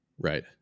right